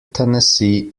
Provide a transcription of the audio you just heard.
tennessee